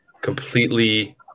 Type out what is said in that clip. completely